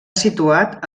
situat